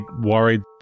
worried